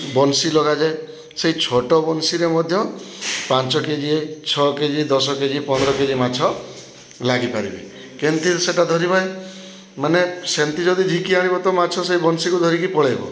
ବନିଶି ଲଗାଯାଏ ସେଇ ଛୋଟ ବନିଶିରେ ମଧ୍ୟ ପାଞ୍ଚ କେଜିଏ ଛଅ କେ ଜି ଦଶ କେ ଜି ପନ୍ଦର କେ ଜି ମାଛ ଲାଗିପାରିବେ କେମିତି ସେଟା ଧରିବେ ମାନେ ମାନେ ସେମିତି ଯଦି ଝିଙ୍କି ଆଣିବ ତ ମାଛ ସେ ବନିଶିକି ଧରିକି ପଳେଇବ